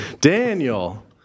Daniel